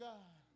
God